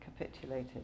capitulated